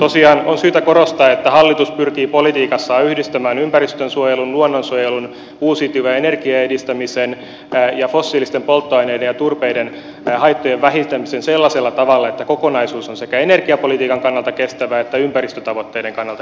tosiaan on syytä korostaa että hallitus pyrkii politiikassaan yhdistämään ympäristönsuojelun luonnonsuojelun uusiutuvan energian edistämisen ja fossiilisten polttoaineiden ja turpeen haittojen vähentämisen sellaisella tavalla että kokonaisuus on sekä energiapolitiikan kannalta kestävä että ympäristötavoitteiden kannalta kestävä